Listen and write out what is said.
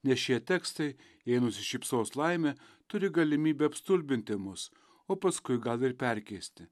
nes šie tekstai jei nusišypsos laimė turi galimybę apstulbinti mus o paskui gal ir perkeisti